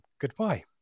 goodbye